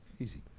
easy